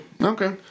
Okay